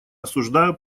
осуждаю